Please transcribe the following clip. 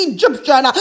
Egyptian